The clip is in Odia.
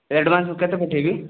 ଆଡ଼ଭାନ୍ସ କେତେ ପଠେଇବି